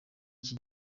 iki